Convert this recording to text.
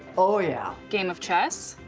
oh, yeah. game of chess?